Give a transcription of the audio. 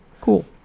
Cool